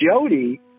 Jody